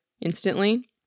instantly